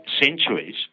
centuries